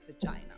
vagina